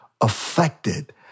affected